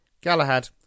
Galahad